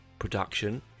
Production